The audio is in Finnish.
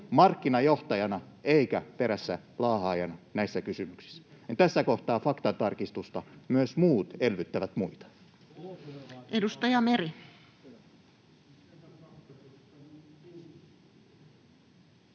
markkinajohtajana eikä perässälaahaajana näissä kysymyksissä? Tässä kohtaa faktantarkistusta: myös muut elvyttävät muita.